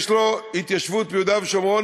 יש לו התיישבות ביהודה ושומרון,